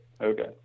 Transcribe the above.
okay